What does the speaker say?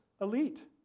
elite